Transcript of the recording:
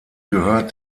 gehört